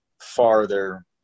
farther